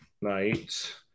Night